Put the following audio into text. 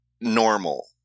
normal